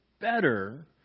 better